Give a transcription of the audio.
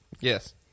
Yes